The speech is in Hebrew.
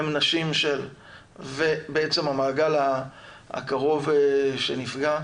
הם נשים של ובעצם המעגל הקרוב שנפגע.